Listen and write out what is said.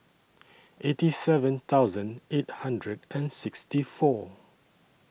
eighty seven thousand eight hundred and sixty four